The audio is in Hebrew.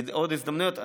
עוד הזדמנויות,